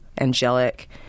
angelic